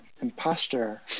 imposter